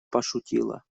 пошутила